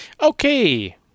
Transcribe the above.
Okay